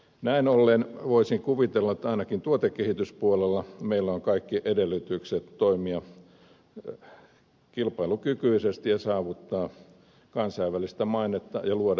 näin ollen voisin kuvitella että ainakin tuotekehityspuolella meillä on kaikki edellytykset toimia kilpailukykyisesti ja saavuttaa kansainvälistä mainetta ja luoda uusia vientituotteita